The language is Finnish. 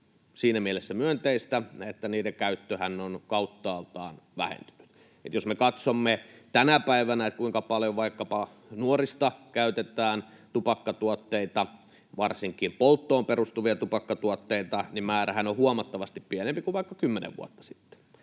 siinä mielessä myönteistä, että niiden käyttöhän on kauttaaltaan vähentynyt. Jos me katsomme tänä päivänä, kuinka paljon vaikkapa nuoret käyttävät tupakkatuotteita, varsinkin polttoon perustuvia tupakkatuotteita, niin määrähän on huomattavasti pienempi kuin vaikka 10 vuotta sitten.